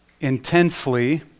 intensely